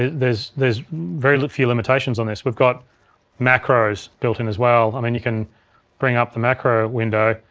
there's there's very few limitations on this. we've got macros built in as well, i mean, you can bring up the macro window.